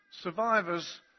Survivors